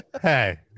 Hey